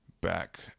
back